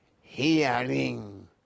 hearing